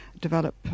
develop